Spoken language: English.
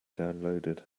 downloaded